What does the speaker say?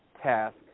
task